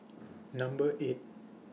Number eight